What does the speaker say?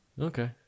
Okay